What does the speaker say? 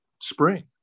spring